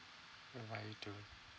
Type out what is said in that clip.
goodbye you too